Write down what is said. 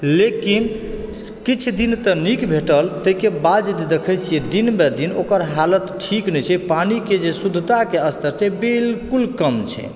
लेकिन किछु दिन तऽ नीक भेटल ताहिके बाद देख़ै छियै दिन ब दिन ओकर हालत ठीक नहि छै पानी के जे शुद्धता के स्तर छै बिल्कुल कम छै